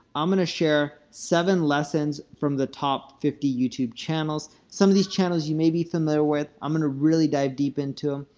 i'm going to share seven lessons from the top fifty youtube channels. some of these channels you may be familiar with, i'm going to really dive deep into